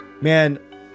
Man